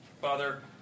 Father